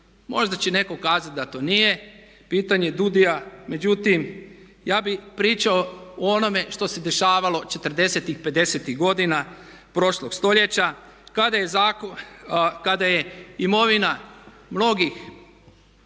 Možda će netko kazati da to nije pitanje DUUDI-a međutim ja bih pričao o onome što se dešavalo 40.-ih, 50.-ih godina prošlog stoljeća kada je imovina mnogih